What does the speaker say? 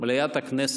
מליאת הכנסת,